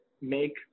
make